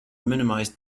minimized